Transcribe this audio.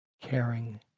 caring